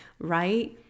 right